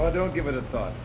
i don't give it a thought